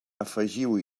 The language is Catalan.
afegiu